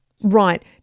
Right